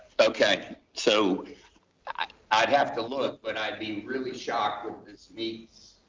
okay so i'd i'd have to look, but i'd be really shocked that this meets,